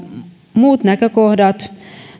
muut näkökohdat